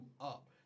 up